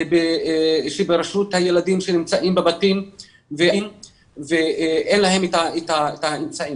-- -שברשות הילדים שנמצאים בבתים ואין להם את האמצעים.